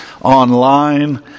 online